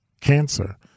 cancer